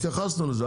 התייחסנו לזה.